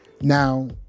Now